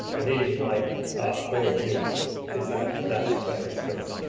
i really would like all of you to sign up for that when it's ready.